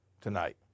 tonight